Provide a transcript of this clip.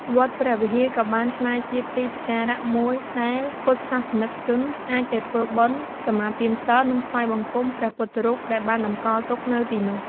វត្តព្រះវិហារ ក៏បានក្លាយជា ទីសក្ការៈ មួយដែល ពុទ្ធសាសនិកជន អាចទៅ ធ្វើបុណ្យ សមាទានសីល និង ថ្វាយបង្គំព្រះពុទ្ធរូប ដែលបាន តម្កល់ទុកនៅទីនោះ។